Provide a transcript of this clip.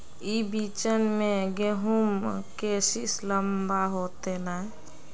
ई बिचन में गहुम के सीस लम्बा होते नय?